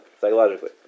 psychologically